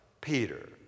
Peter